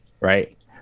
right